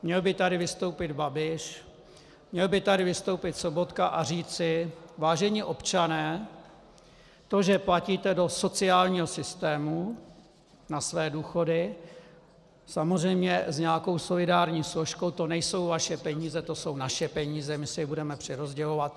Měl by tu vystoupit Babiš, měl by tu vystoupit Sobotka a říci: Vážení občané, to, že platíte do sociálního systému na své důchody, samozřejmě s nějakou solidární složkou, to nejsou vaše peníze, to jsou naše peníze, my si je budeme přerozdělovat.